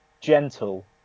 gentle